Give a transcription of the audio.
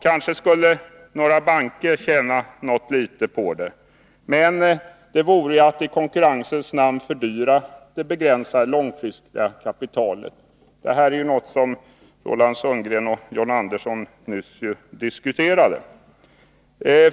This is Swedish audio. Kanske skulle några banker tjäna något litet på det, men det vore att i konkurrensens namn fördyra det begränsade långfristiga kapitalet — detta är något som Roland Sundgren och John Andersson nyss diskuterat.